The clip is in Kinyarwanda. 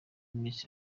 miss